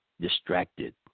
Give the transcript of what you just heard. distracted